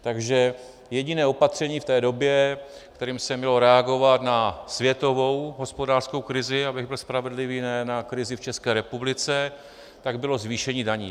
Takže jediné opatření v té době, kterým se mělo reagovat na světovou hospodářskou krizi abych byl spravedlivý, ne na krizi v České republice , bylo zvýšení daní.